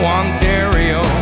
ontario